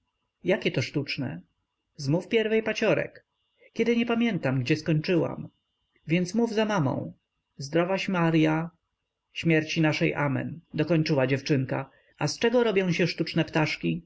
paciorek jakieto sztuczne zmów pierwiej paciorek kiedy nie pamiętam gdzie skończyłam więc mów za mamą zdrowaś marya śmierci naszej amen dokończyła dziewczynka a z czego robią się sztuczne ptaszki